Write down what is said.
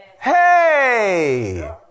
Hey